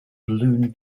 balloon